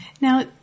Now